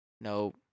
Nope